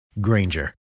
Granger